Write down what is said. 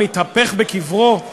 מתהפך בקברו.